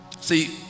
See